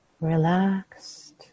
Relaxed